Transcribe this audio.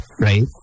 right